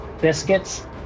biscuits